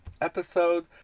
episode